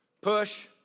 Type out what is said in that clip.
push